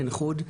עין-חוד,